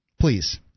Please